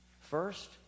First